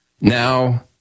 Now